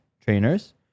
Trainers